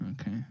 okay